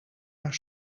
haar